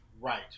Right